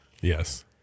Yes